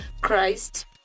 Christ